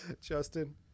justin